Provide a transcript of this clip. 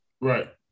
right